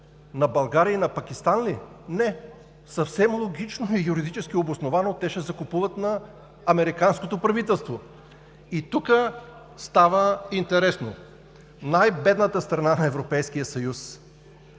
На България и на Пакистан ли? Не, съвсем логично и юридически обосновано те ще закупуват на американското правителство. И тук става интересно: най-бедната страна на Европейския съюз,